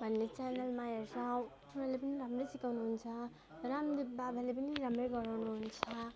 भन्ने च्यानलमा हेर्छ उनीहरूले पनि राम्रै सिकाउनुहुन्छ रामदेव बाबाले पनि राम्रै गराउनुहुन्छ